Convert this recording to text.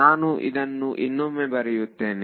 ನಾನು ಇದನ್ನು ಇನ್ನೊಮ್ಮೆ ಬರೆಯುತ್ತೇನೆ